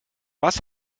was